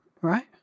Right